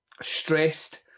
stressed